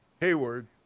Hayward